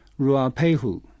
Ruapehu